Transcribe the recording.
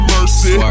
Mercy